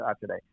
today